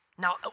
Now